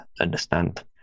understand